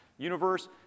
universe